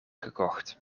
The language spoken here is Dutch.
gekocht